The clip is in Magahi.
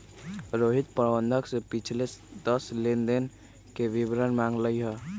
रोहित प्रबंधक से पिछले दस लेनदेन के विवरण मांगल कई